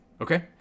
Okay